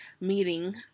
meeting